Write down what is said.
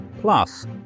Plus